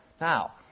Now